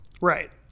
Right